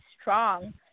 strong